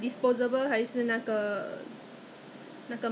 不可能小学不知道有没有给 lah but